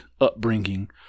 upbringing